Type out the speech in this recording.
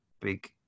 big